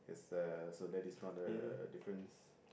the so that is not the difference